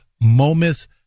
moments